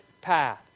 path